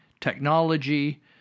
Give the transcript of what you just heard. technology